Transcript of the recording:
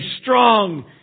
strong